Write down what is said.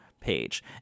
page